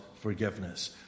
forgiveness